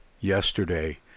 yesterday